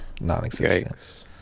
non-existent